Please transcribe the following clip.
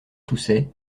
toussait